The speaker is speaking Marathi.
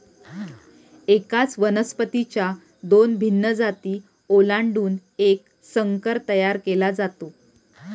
एकाच वनस्पतीच्या दोन भिन्न जाती ओलांडून एक संकर तयार केला जातो